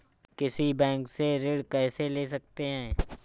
किसी बैंक से ऋण कैसे ले सकते हैं?